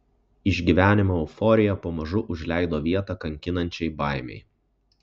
išgyvenimo euforija pamažu užleido vietą kankinančiai baimei